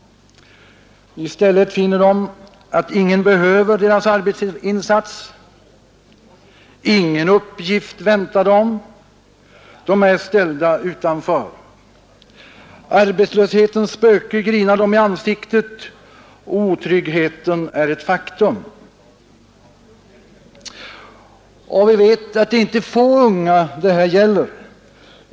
I stället finner de att ingen behöver deras arbetsinsats, ingen uppgift väntar dem — de är ställda utanför. Arbetslöshetens spöke grinar dem i ansiktet, och otryggheten är ett faktum. Vi vet också att det inte är få unga det här gäller.